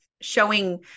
showing